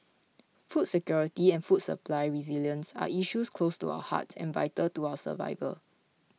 food security and food supply resilience are issues close to our hearts and vital to our survival